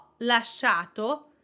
lasciato